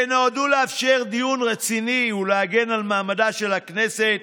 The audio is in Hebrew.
הן נועדו לאפשר דיון רציני ולהגן על מעמדה של הכנסת